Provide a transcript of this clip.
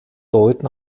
deuten